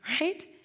right